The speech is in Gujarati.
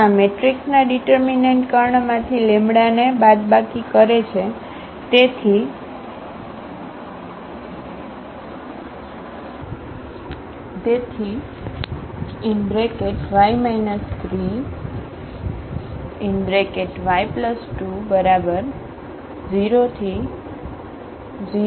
ફક્ત આ મેટ્રિક્સના ઙીટરમીનન્ટ કર્ણમાંથી લેમ્બડાને બાદબાકી કરે છે તેથી ⟹λ 3λ20⟹132 2